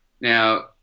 Now